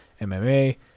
MMA